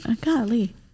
golly